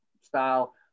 style